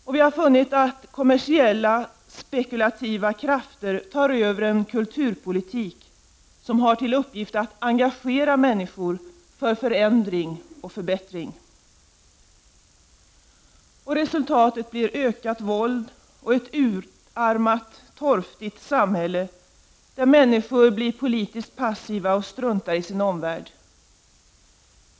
Vi har också funnit att kommersiella, spekulativa krafter tar över en kulturpolitik som har till uppgift att engagera människor för förändring och förbättring. Resultatet blir ökat våld och ett utarmat torftigt samhälle, där människor blir politiskt passiva och struntar i sin omvärld.